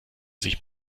sich